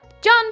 John